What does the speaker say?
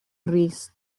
rees